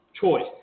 choice